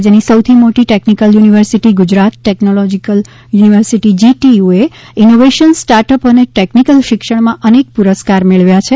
રાજ્યની સૌથી મોટી ટેક્નિકલ યુનિવર્સિટી ગુજરાત ટેક્નોલોજીકલ યુનિવર્સિટીએજીટીયુ ઈનોવેશન સ્ટાર્ટ અપ તેમજ ટેક્નિકલ શિક્ષણમાં અનેક પુરસ્કાર મેળવ્યા છે